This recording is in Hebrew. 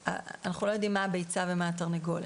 אנחנו לא יודעים מה הביצה ומה התרנגולת,